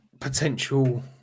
potential